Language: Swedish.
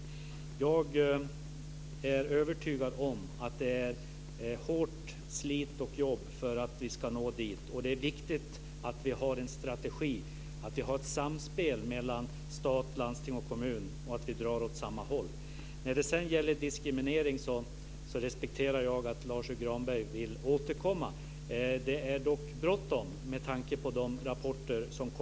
Jag är övertygad om att det behövs ett hårt och slitigt jobb för att vi ska nå dit. Det är viktigt att vi har en strategi och ett samspel mellan stat, landsting och kommun och att vi drar åt samma håll. Jag respekterar att Lars U Granberg vill återkomma när det gäller diskrimineringen.